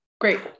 Great